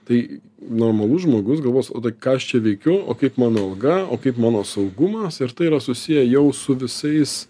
tai normalus žmogus galvos o tai ką aš čia veikiu o kaip mano alga o kaip mano saugumas ir tai yra susiję jau su visais